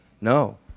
No